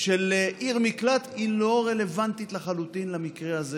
של עיר מקלט היא לא רלוונטית לחלוטין למקרה הזה,